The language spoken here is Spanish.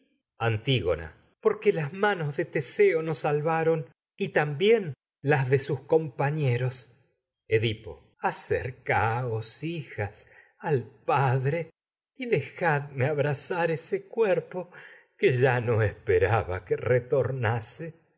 antígona porque las sus de teseo nos salva ron y también las de compañeros y edipo acercaos zar hijas al padre dejadme abra ese cuerpo que ya no esperaba que retornase